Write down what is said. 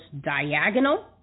diagonal